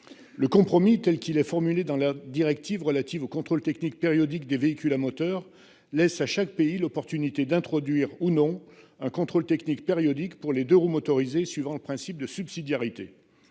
Le compromis telle qu'il est formulé dans la directive relative au contrôle technique périodique des véhicules à moteur laisse à chaque pays l'opportunité d'introduire ou non un contrôle technique périodique pour les deux-roues roues motorisés suivant le principe de subsidiarité